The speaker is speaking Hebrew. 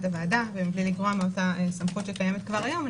הוועדה מבלי לגרוע מהסמכות הקיימת היום,